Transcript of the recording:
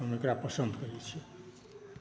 हम एकरा पसन्द कराई छी